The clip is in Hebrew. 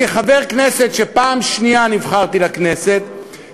כחבר כנסת שנבחר לכנסת בפעם השנייה,